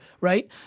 right